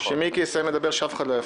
ואני מבקש שאף אחד לא יפריע למיקי לדבר.